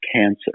cancer